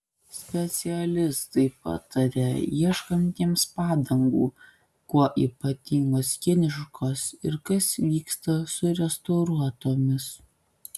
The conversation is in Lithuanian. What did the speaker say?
specialistai pataria ieškantiems padangų kuo ypatingos kiniškos ir kas vyksta su restauruotomis